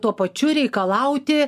tuo pačiu reikalauti